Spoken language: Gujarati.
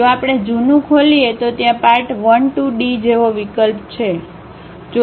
જો આપણે જૂની ખોલીએ તો ત્યાં પાર્ટ 1 2 ડી જેવો વિકલ્પ છે